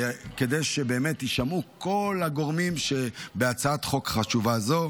כדי שבאמת יישמעו כל הגורמים שבהצעת החוק החשובה הזו.